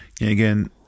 again